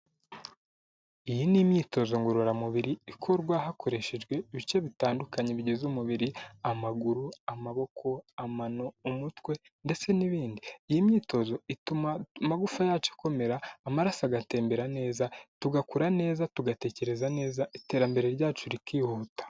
Iyi ni imyitozo ngororamubiri ikorwa hakoreshejwe ibice bitandukanye bigize umubiri: amaguru, amaboko, amano, umutwe, ndetse n'ibindi, iyi myitozo ituma amagufa yacu akomera, amaraso agatembera neza, tugakura neza, tugatekereza neza, iterambere ryacu rikihuta.